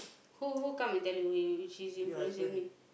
who who come and tell you you she's influencing me